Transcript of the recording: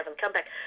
comeback